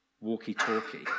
walkie-talkie